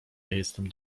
jestem